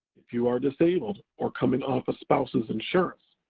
if you are disabled or coming off a spouse's insurance,